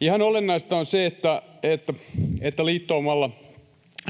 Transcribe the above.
Ihan olennaista on se, että liittoumalla,